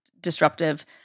disruptive